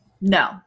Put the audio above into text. No